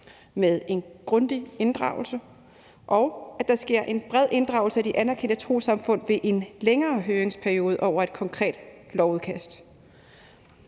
med en grundig inddragelse, og at der sker en bred inddragelse af de anerkendte trossamfund ved en længere høringsperiode over et konkret lovudkast.